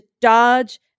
dodge